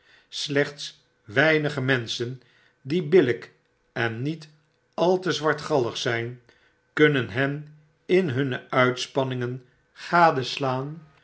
slechts weinige menschen die billyk en niet al te zwartgallig zyn kunnen hen in hunne uitspanningen gadelaan